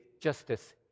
justice